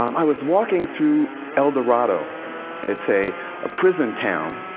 um i was walking through el dorado it's a prison town,